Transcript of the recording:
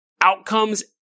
outcomes